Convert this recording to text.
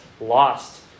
lost